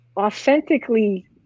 authentically